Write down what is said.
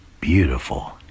beautiful